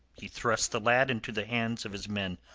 he thrust the lad into the hands of his men.